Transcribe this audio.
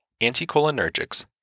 anticholinergics